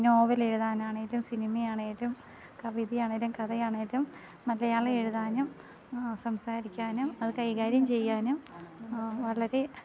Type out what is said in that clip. novel എഴുതാനാണെങ്കിലും സിനിമയാണെങ്കിലും കവിതയാണെങ്കിലും കഥയാണെങ്കിലും മലയാളം എഴുതാനും സംസാരിക്കാനും അതു കൈ കാര്യം ചെയ്യാനും വളരെ